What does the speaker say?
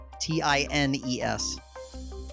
T-I-N-E-S